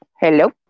Hello